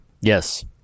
Yes